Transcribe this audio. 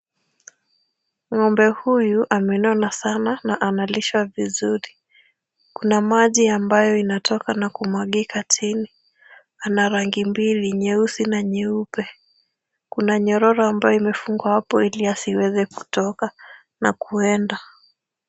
Ng'ombe huyu amenona sana na analishwa vizuri. Kuna maji ambayo inatoka na kumwagika chini. Ana rangi mbili, nyeusi na nyeupe. Kuna nyororo ambayo imefungwa hapo ili asiweze kutoka na kuenda.